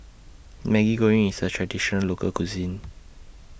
Maggi Goreng IS A Traditional Local Cuisine